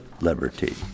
liberty